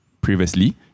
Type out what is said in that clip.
previously